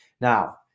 Now